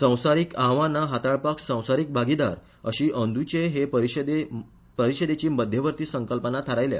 संसारीक आव्हाना हाताळपाक संसारीक भागीदार अशी अनुचे हे परिषदेची मध्यवर्ती संकल्पना थारायल्या